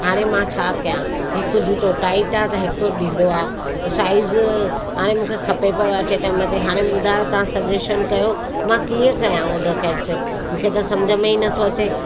हाणे मां छा कयां हिकु जूतो टाईट आहे त हिकु ढिलो आहे साईज़ हाणे मूंखे खपे प अटे टाईम ते हाणे ॿुधायो तव्हां सजेशन कयो मां कीअं कयां ऑडर केंसिल मूंखे त समुझ में ई नथो अचे